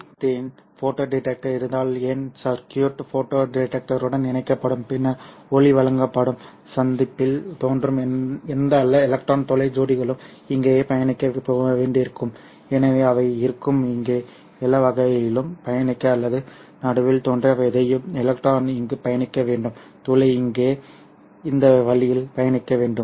இந்த நீளத்தின் photo detector இருந்தால் என் சர்க்யூட் ஃபோட்டோ டிடெக்டருடன் இணைக்கப்படும் பின்னர் ஒளி வழங்கப்படும் சந்திப்பில் தோன்றும் எந்த எலக்ட்ரான் துளை ஜோடிகளும் இங்கேயே பயணிக்க வேண்டியிருக்கும் எனவே அவை இருக்கும் இங்கே எல்லா வழிகளிலும் பயணிக்க அல்லது நடுவில் தோன்றிய எதையும் எலக்ட்ரான் இங்கு பயணிக்க வேண்டும் துளை இங்கே இந்த வழியில் பயணிக்க வேண்டும்